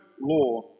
law